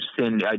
send